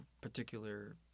particular